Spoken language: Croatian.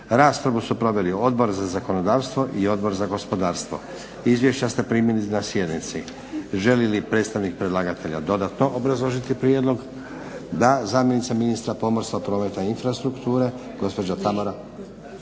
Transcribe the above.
Raspravu su proveli Odbor za zakonodavstvo i Odbor za gospodarstvo. Izvješća ste primili na sjednici. Želi li predstavnik predlagatelja dodatno obrazložiti prijedlog? Da, zamjenica ministra gospodarstva, gospođa Tamara